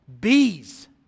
bees